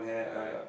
alright